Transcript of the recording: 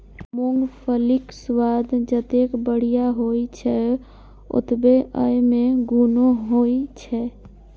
मूंगफलीक स्वाद जतेक बढ़िया होइ छै, ओतबे अय मे गुणो होइ छै